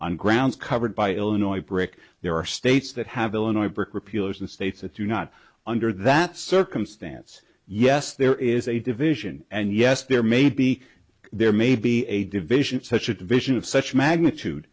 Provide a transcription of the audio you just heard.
on grounds covered by illinois brick there are states that have illinois brick repealed in states that do not under that circumstance yes there is a division and yes there may be there may be a division such a division of such magnitude